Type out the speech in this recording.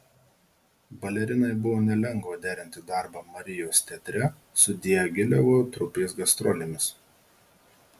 balerinai buvo nelengva derinti darbą marijos teatre su diagilevo trupės gastrolėmis